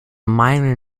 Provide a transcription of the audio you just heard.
minor